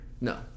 No